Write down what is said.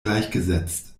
gleichgesetzt